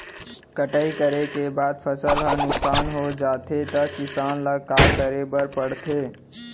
कटाई करे के बाद फसल ह नुकसान हो जाथे त किसान ल का करे बर पढ़थे?